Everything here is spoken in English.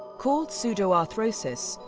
called pseudoarthrosis,